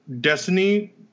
Destiny